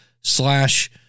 slash